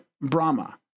Brahma